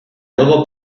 algo